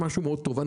משהו מאוד טוב,